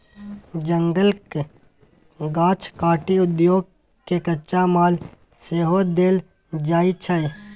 जंगलक गाछ काटि उद्योग केँ कच्चा माल सेहो देल जाइ छै